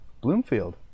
Bloomfield